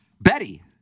Betty